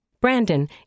Brandon